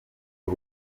ubu